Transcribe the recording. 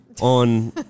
on